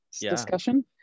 discussion